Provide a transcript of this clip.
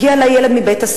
הגיע אלי ילד מבית-הספר,